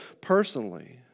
personally